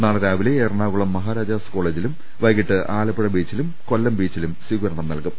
നാളെ രാവിലെ എറണാകുളം മഹാരാജാസ് കോളേജിലും വൈകീട്ട് ആല പ്പുഴ ബീച്ചിലും കൊല്ലം ബീച്ചിലും സ്വീകരണം നൽകും